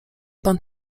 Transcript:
pan